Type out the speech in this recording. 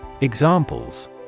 Examples